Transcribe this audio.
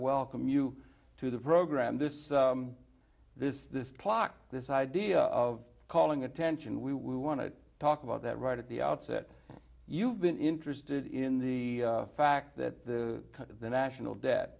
welcome you to the program this this this plot this idea of calling attention we want to talk about that right at the outset you've been interested in the fact that the the national debt